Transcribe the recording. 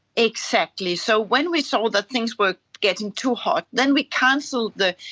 exactly. so when we saw that things were getting too hot, then we cancelled the,